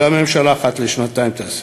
והממשלה אחת לשנתיים תעשה.